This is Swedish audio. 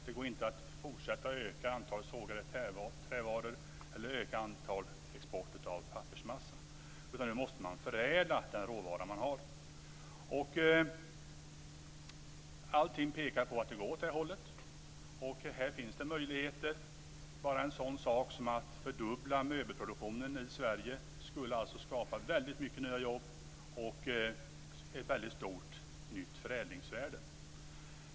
Det går inte att fortsätta att öka antalet sågade trävaror eller att öka exporten av pappersmassa, utan man måste förädla den råvara man har. Allting pekar på att det går åt det hållet. Här finns det möjligheter. Bara en sådan sak att fördubbla möbelproduktionen i Sverige skulle skapa många nya jobb och ett stort nytt förädlingsvärde.